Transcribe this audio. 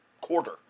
quarter